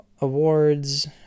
awards